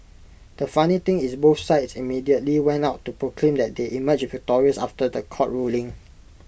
the funny thing is both sides immediately went out to proclaim that they emerged victorious after The Court ruling